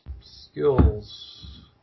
Skills